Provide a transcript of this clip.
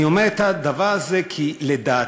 אני אומר את הדבר הזה כי לדעתי,